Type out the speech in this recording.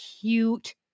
cute